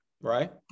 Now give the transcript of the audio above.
right